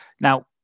now